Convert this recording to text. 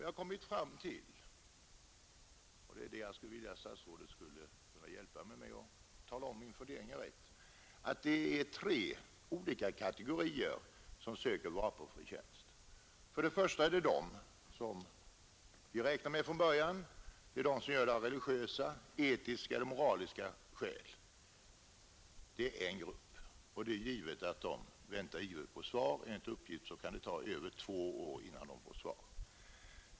Jag har kommit fram till -- jag skulle vara tacksam om statsrådet ville hjälpa mig med att tala om huruvida min slutsats är riktig eller ej — att det är tre olika kategorier som söker vapenfri tjänst. Den första kategorin är de som vi räknat med frän början, de som söker vapenfri tjänst av religiösa. etiska eller moraliska skäl. Det är givet att dessa ungdomar ivrigt väntar på svar. Enligt uppgift kan det ta över två år innan de fär det.